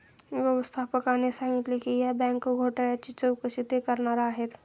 व्यवस्थापकाने सांगितले की या बँक घोटाळ्याची चौकशी ते करणार आहेत